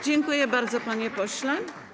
Dziękuję bardzo, panie pośle.